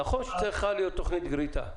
נכון שצריכה להיות תוכנית גריטה.